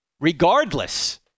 regardless